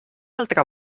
altra